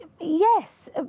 Yes